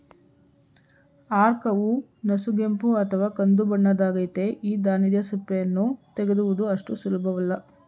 ಆರ್ಕವು ನಸುಗೆಂಪು ಅಥವಾ ಕಂದುಬಣ್ಣದ್ದಾಗಯ್ತೆ ಈ ಧಾನ್ಯದ ಸಿಪ್ಪೆಯನ್ನು ತೆಗೆಯುವುದು ಅಷ್ಟು ಸುಲಭವಲ್ಲ